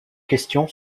question